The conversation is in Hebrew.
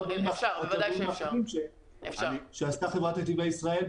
הדברים האחרים שעשתה חברת נתיבי ישראל.